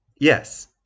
Yes